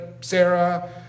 Sarah